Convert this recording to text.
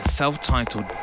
self-titled